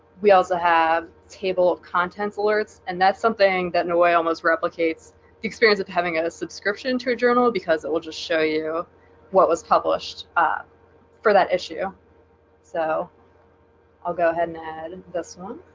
we also have table of contents and that's something that no way almost replicates the experience of having a subscription to a journal because it will just show you what was published? ah for that issue so i'll go ahead and add this one